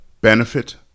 benefit